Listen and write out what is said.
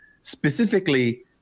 specifically